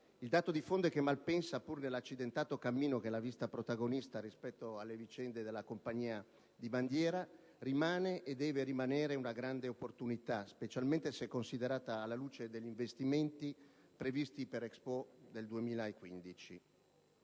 il dato di fondo è che Malpensa - pur nell'accidentato cammino che l'ha vista protagonista rispetto alla vicenda della compagnia di bandiera - rimane e deve rimanere una grande opportunità, specie se considerata alla luce degli investimenti previsti per Expo del 2015.